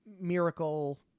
Miracle